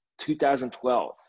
2012